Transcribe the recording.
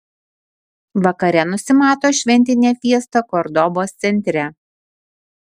vakare nusimato šventinė fiesta kordobos centre